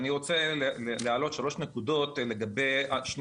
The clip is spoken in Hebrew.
אני רוצה להעלות שלוש נקודות לגבי שני